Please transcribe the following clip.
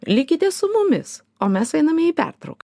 likite su mumis o mes einame į pertrauką